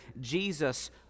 Jesus